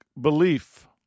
belief